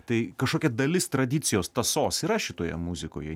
tai kažkokia dalis tradicijos tąsos yra šitoje muzikoje